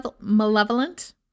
malevolent